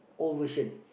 old version